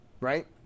right